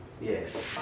Yes